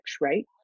right